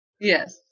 Yes